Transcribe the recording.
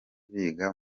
biga